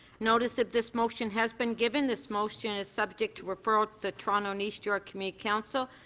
notice that this motion has been given. this motion is subject to referral the toronto and east york community council.